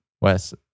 Wes